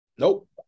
Nope